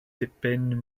dipyn